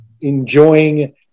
enjoying